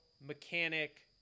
mechanic